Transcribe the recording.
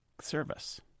service